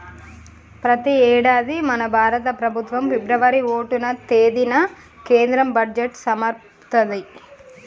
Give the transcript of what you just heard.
ప్రతి యేడాది మన భారత ప్రభుత్వం ఫిబ్రవరి ఓటవ తేదిన కేంద్ర బడ్జెట్ సమర్పిత్తది